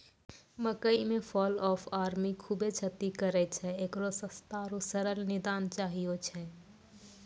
मकई मे fall of army खूबे क्षति करेय छैय, इकरो सस्ता आरु सरल निदान चाहियो छैय?